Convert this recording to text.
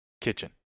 kitchen